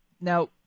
Now